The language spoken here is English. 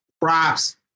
props